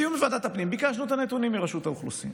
בדיון בוועדת הפנים ביקשנו את הנתונים מרשות האוכלוסין,